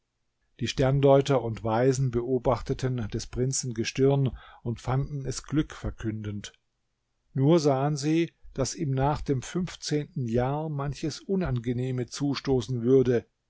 die sterndeuter und weisen beobachteten des prinzen gestirn und fanden es glückverkündend nur sahen sie daß ihm nach dem fünfzehnten jahr manches unangenehme zustoßen würde